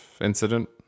incident